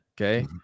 Okay